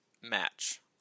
match